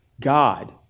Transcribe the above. God